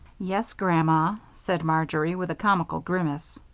yes, grandma, said marjory, with a comical grimace.